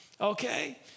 okay